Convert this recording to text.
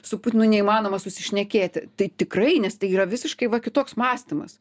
su putinu neįmanoma susišnekėti tai tikrai nes tai yra visiškai va kitoks mąstymas